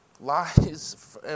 Lies